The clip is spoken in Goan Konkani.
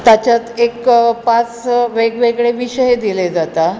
ताच्यात एक पांच स वेगवेगळे विशय दिले जाता